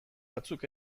batzuk